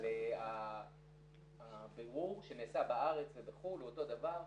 אבל הבירור שנעשה בארץ ובחו"ל הוא אותו דבר.